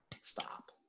Stop